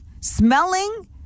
Smelling